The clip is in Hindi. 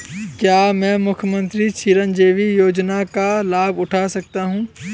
क्या मैं मुख्यमंत्री चिरंजीवी योजना का लाभ उठा सकता हूं?